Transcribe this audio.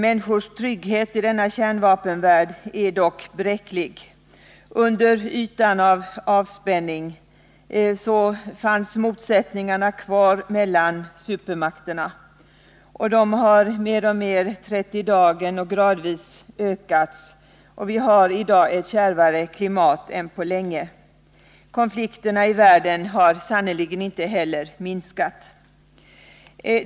Människors trygghet i denna kärnvapenvärld är dock bräcklig. Under ytan av avspänning fanns motsättningarna mellan supermakterna kvar, och de har mer och mer trätt i dagen och gradvis ökats. Vi har i dag ett kärvare klimat än på länge. Konflikterna i världen har sannerligen inte heller minskat.